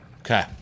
Okay